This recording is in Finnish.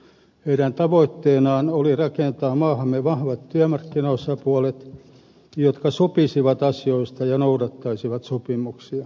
heidän tavoitteinaan oli rakentaa maahamme vahvat työmarkkinaosapuolet jotka sopisivat asioista ja noudattaisivat sopimuksia